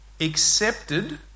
accepted